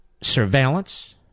Surveillance